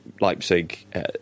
Leipzig